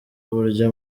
uburyo